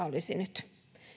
olisi nyt